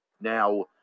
Now